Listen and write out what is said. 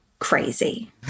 crazy